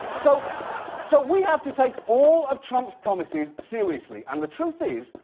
so so we have to take all of trump's promises seriously. and the truth is,